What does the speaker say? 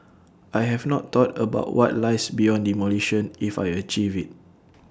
I have not thought about what lies beyond demolition if I achieve IT